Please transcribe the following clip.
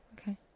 Okay